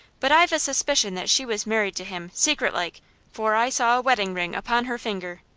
but i've a suspicion that she was married to him, secretlike for i saw a wedding ring upon her finger.